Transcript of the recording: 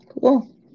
Cool